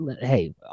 hey